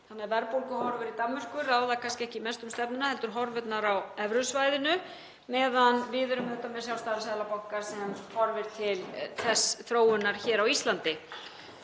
þannig að verðbólguhorfur í Danmörku ráða kannski ekki mest um stefnuna heldur horfurnar á evrusvæðinu meðan við erum með sjálfstæðan seðlabanka sem horfir til þróunar hér á Íslandi.